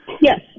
Yes